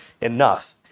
enough